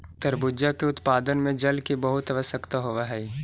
तरबूजा के उत्पादन में जल की बहुत आवश्यकता होवअ हई